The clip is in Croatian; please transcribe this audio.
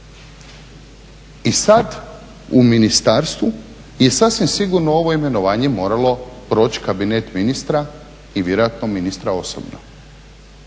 I sad u ministarstvu je sasvim sigurno ovo imenovanje moralo proći kabinet ministra i vjerojatno ministra osobno.